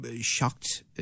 shocked